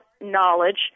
knowledge